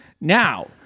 Now